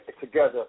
together